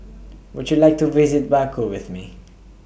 Would YOU like to visit Baku with Me